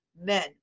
men